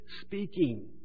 speaking